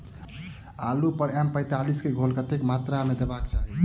आलु पर एम पैंतालीस केँ घोल कतेक मात्रा मे देबाक चाहि?